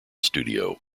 studio